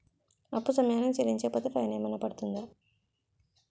అప్పు సమయానికి చెల్లించకపోతే ఫైన్ ఏమైనా పడ్తుంద?